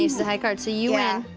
is a high card so you win.